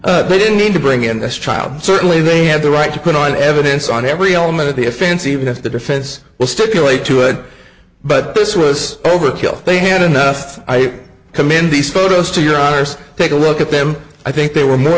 injuries they didn't need to bring in this trial certainly they have the right to put on evidence on every element of the offense even if the defense will stipulate to it but this was overkill they had enough i commend these photos to your honor's take a look at them i think they were more